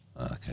Okay